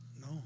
No